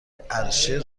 عرشه